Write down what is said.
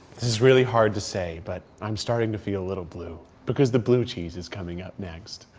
this is really hard to say, but i'm starting to feel a little blue because the blue cheese is coming up next.